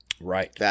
right